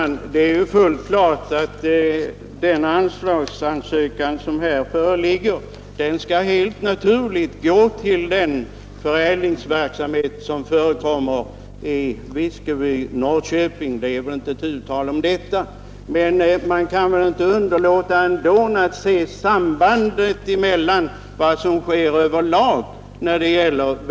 Fru talman! Det är fullt klart att medel enligt den anslagsansökan som här föreligger helt naturligt skall gå till den förädlingsverksamhet som förekommer i Fiskeby vid Norrköping — det är inte tu tal om detta! Man kan emellertid inte underlåta att se sambandet mellan vad som sker på olika håll.